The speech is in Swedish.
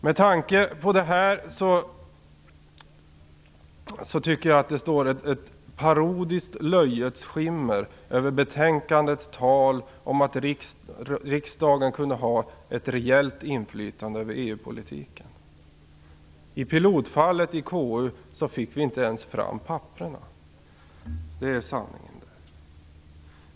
Med tanke på detta tycker jag att det vilar ett parodiskt löjets skimmer över betänkandets tal om riksdagens inflytande över EU-politiken. Vid KU:s pilottest fick vi inte ens fram papperen! Det är sanningen.